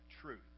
truth